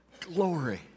Glory